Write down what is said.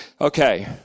Okay